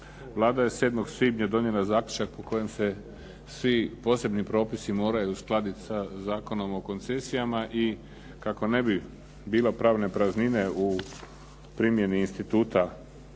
Vlada je 7. svibnja donijela zaključak po kojem se svi posebni propisi moraju uskladiti sa Zakonom o koncesijama i kako ne bi bilo pravne praznine u primjeni instituta